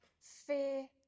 fear